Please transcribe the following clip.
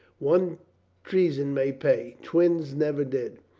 one treason may pay twins never did.